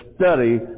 study